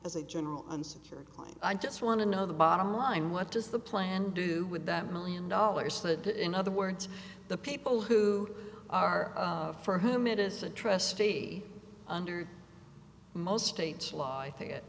as a general unsecured line i just want to know the bottom line what does the plan do with that million dollars that in other words the people who are for whom it is a trustee under most state law i think it